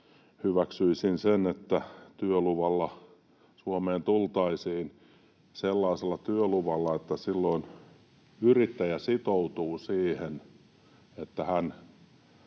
hyväksyisin sen, että työluvalla Suomeen tultaisiin — sellaisella työluvalla, että silloin yrittäjä sitoutuu siihen, että hän